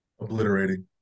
Obliterating